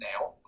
now